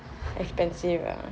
expensive ah